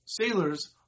sailors